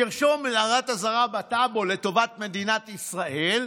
נרשום הערת אזהרה בטאבו לטובת מדינת ישראל.